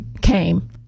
came